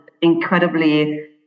incredibly